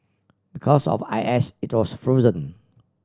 because of I S it was frozen